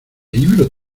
libro